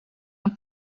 een